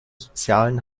sozialen